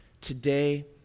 today